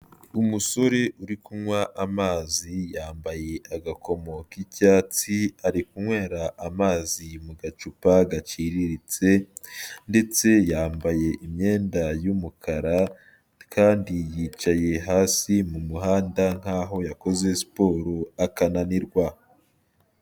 Umusore uri kunywa amazi, yambaye agakomo k'icyatsi, ari kunywera amazi mu gacupa gaciriritse ndetse yambaye imyenda y'umukara, kandi yicaye hasi mu muhanda nkaho yakoze siporo akananirwa.